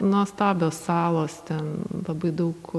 nuostabios salos ten labai daug